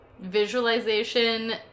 Visualization